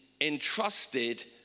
entrusted